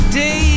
day